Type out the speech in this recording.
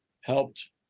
helped